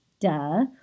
Duh